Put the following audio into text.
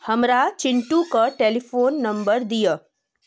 हमरा चिंटूकऽ telephone number दिअ